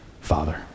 Father